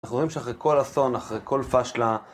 אנחנו רואים שאחרי כל אסון, אחרי כל פשלה...